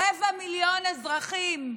רבע מיליון אזרחים,